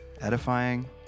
Edifying